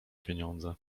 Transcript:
pieniądze